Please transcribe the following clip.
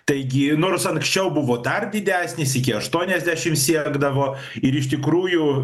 taigi nors anksčiau buvo dar didesnis iki aštuoniasdešim siekdavo ir iš tikrųjų